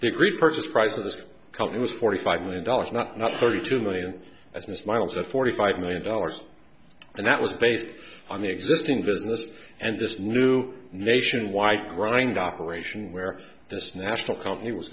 agreed purchase price of this company was forty five million dollars not not thirty two million as miss miles at forty five million dollars and that was based on the existing business and this new nationwide grind operation where this national